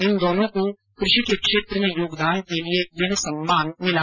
इन दोनों को कृषि के क्षेत्र में योगदान के लिये यह सम्मान मिला है